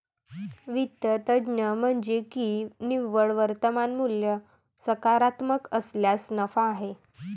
वित्त तज्ज्ञ म्हणाले की निव्वळ वर्तमान मूल्य सकारात्मक असल्यास नफा आहे